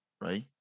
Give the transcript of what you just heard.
right